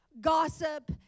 gossip